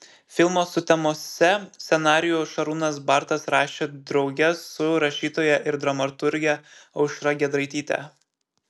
filmo sutemose scenarijų šarūnas bartas rašė drauge su rašytoja ir dramaturge aušra giedraityte